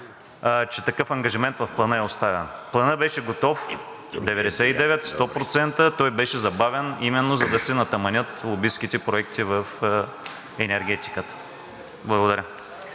че такъв ангажимент в Плана е оставян… Планът беше готов 99 – 100%. Той беше забавен именно за да се натаманят лобистките проекти в енергетиката. Благодаря.